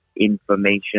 information